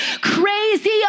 crazy